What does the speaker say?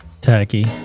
Tacky